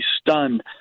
stunned